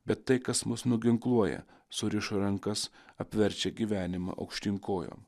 bet tai kas mus nuginkluoja suriša rankas apverčia gyvenimą aukštyn kojom